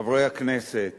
חברי הכנסת,